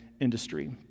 industry